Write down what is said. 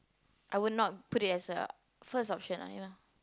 I will not put it as a first option I yeah lah